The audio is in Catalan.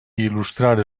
il·lustrar